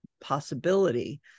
possibility